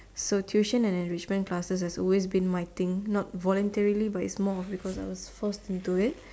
so tuition and enrichment classes has always been my thing not voluntarily but it's more of because I was forced into it